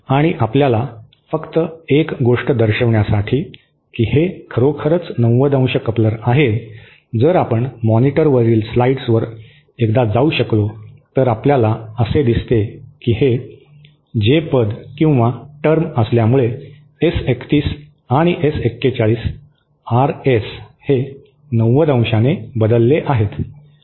आणि आपल्याला फक्त एक गोष्ट दर्शविण्यासाठी की हे खरोखरच 90 ° कपलर आहे जर आपण मॉनिटरवरील स्लाइड्सवर एकदा जाऊ शकलो तर आपल्याला असे दिसते की हे J पद किंवा टर्म असल्यामुळे एस 31 आणि एस 41 आरएस हे 90° ने बदलले आहेत